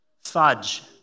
fudge